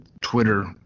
Twitter